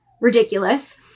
ridiculous